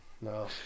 no